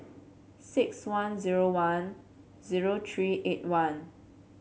six one zero one zero three eight one